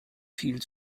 viel